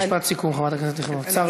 משפט סיכום, חברת הכנסת יחימוביץ.